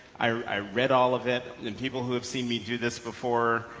i read all of it and people who have seen me do this before,